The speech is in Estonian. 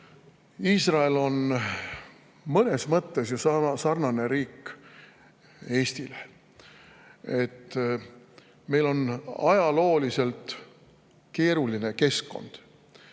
Iisrael on mõnes mõttes sarnane riik Eestiga. Meil on ajalooliselt keeruline keskkond.